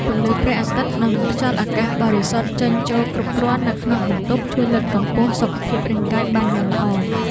ពន្លឺព្រះអាទិត្យនិងខ្យល់អាកាសបរិសុទ្ធចេញចូលគ្រប់គ្រាន់នៅក្នុងបន្ទប់ជួយលើកកម្ពស់សុខភាពរាងកាយបានយ៉ាងល្អ។